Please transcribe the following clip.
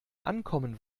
ankommen